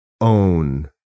own